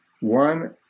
one